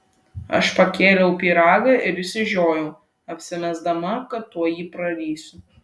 aš pakėliau pyragą ir išsižiojau apsimesdama kad tuoj jį prarysiu